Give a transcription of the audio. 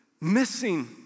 missing